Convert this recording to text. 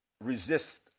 resist